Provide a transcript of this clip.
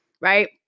Right